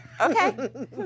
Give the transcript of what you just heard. Okay